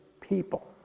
people